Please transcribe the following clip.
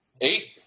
Eight